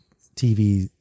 TV